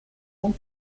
ont